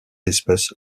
espèce